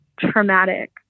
traumatic